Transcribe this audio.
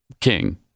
king